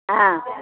ಹಾಂ